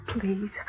Please